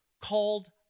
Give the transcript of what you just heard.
called